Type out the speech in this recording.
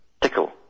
Tickle